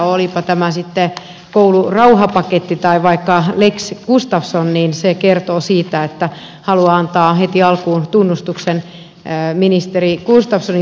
olipa tämä sitten koulurauhapaketti tai vaikka lex gustafsson niin se kertoo siitä että haluan antaa heti alkuun tunnustuksen ministeri gustafssonin työlle